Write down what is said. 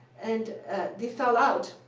and they fell out